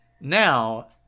Now